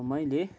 मैले